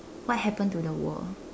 what happened to the world